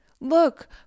Look